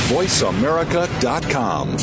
VoiceAmerica.com